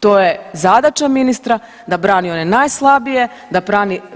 To je zadaća ministra da brani one najslabije, da